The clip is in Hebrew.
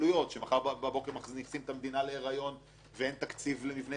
שמחר בבוקר מכניסים את המדינה להיריון ואין תקציב למבנה ציבור?